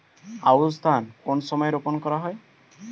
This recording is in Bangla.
আউশ ধান কোন সময়ে রোপন করা হয়?